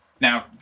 Now